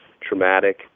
traumatic